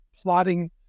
plotting